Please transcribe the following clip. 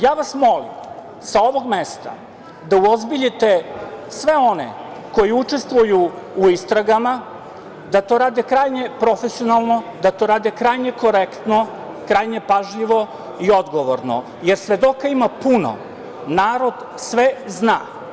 Ja vas molim sa ovog mesta da uozbiljite sve one koji učestvuju u istragama, da to rade krajnje profesionalno, da to rade krajnje korektno, krajnje pažljivo i odgovorno, jer svedoka ima puno, narod sve zna.